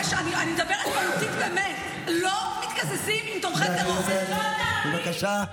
חבר הכנסת נאור שירי, בבקשה.